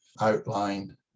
outline